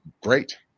great